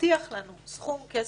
הבטיח לנו סכום מסוים,